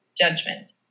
judgment